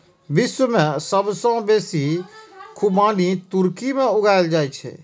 विश्व मे सबसं बेसी खुबानी तुर्की मे उगायल जाए छै